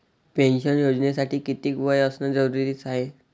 Pension योजनेसाठी कितीक वय असनं जरुरीच हाय?